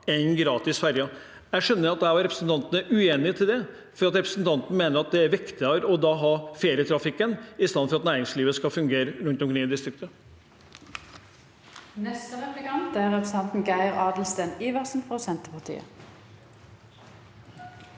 ha gratis ferjer. Jeg skjønner at jeg og representanten er uenige om det, for representanten mener at det er viktigere å ha ferietrafikken enn at næringslivet skal fungere rundt omkring i distriktene.